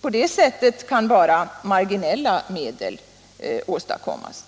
På det sättet kan endast marginella medel åstadkommas.